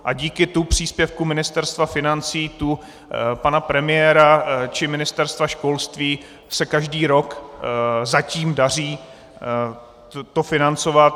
A díky tu příspěvku Ministerstva financí, tu pana premiéra či Ministerstva školství, se každý rok zatím daří to financovat.